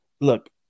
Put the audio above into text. Look